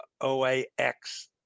O-A-X